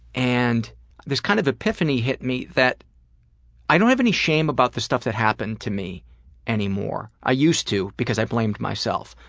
and this kind of epiphany hit me, that i don't have any shame about the stuff that happened to me anymore. i used to because i blamed myself.